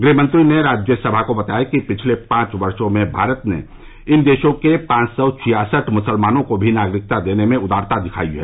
गृहमंत्री ने राज्यसभा को बताया कि पिछले पांच वर्षो में भारत ने इन देशों के पांच सौ छियासठ मुसलमानों को भी नागरिकता देने में उदारता दिखायी है